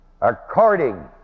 according